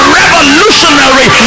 revolutionary